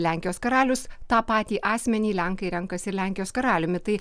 lenkijos karalius tą patį asmenį lenkai renkasi lenkijos karaliumi tai